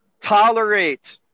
tolerate